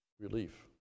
relief